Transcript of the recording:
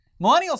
millennials